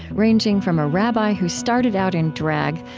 ranging from a rabbi who started out in drag,